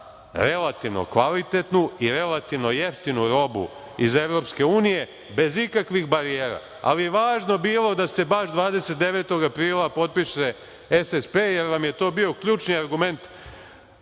relativno kvalitetnu i relativno jeftinu robu iz EU bez ikakvih barijera, ali važno je bilo da se baš 29. aprila potpiše SSP, jer vam je to bio ključni argument